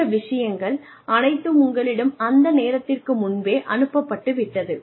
இந்த விஷயங்கள் அனைத்தும் உங்களிடம் அந்த நேரத்திற்கு முன்பே அனுப்பப்பட்டுவிட்டது